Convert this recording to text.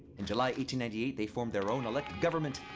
in july they formed their own elected government.